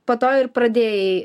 po to ir pradėjai